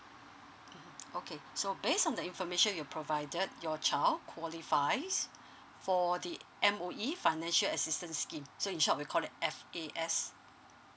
okay so based on the information you provided your child qualifies for the M_O_E financial assistance scheme so in short we call it f a s